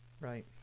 Right